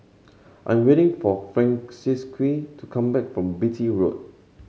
I am waiting for Francisqui to come back from Beatty Road